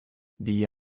the